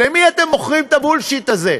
למי אתם מוכרים את הבולשיט הזה?